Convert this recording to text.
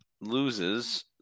loses